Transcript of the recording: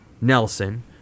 Nelson